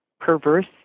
perverse